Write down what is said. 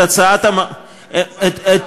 כתוב: במגזר הערבי והדרוזי.